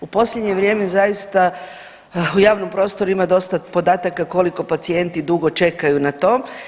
U posljednje vrijeme zaista u javnom prostoru ima dosta podataka koliko pacijenti dugo čekaju na to.